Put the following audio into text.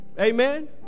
Amen